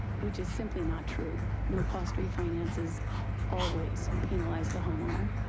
which is simply not true. no cost refinances always penalize the homeowner.